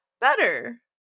better